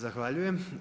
Zahvaljujem.